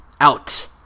out